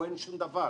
או אין שום דבר,